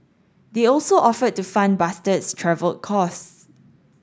they also offered to fund Bastard's travel costs